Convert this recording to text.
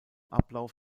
ablauf